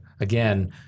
again—